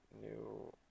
new